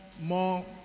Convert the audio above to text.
more